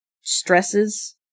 stresses